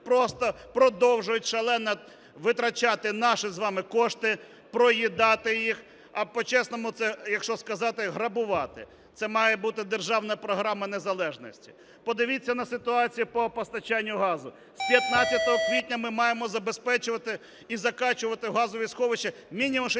просто продовжують шалено витрачати наші з вами кошти, проїдати їх, а по-чесному це якщо сказати, грабувати. Це має бути державна програма незалежності. Подивіться на ситуацію по постачанню газу. З 15 квітня ми маємо забезпечувати і закачувати в газові сховища мінімум 60 мільйонів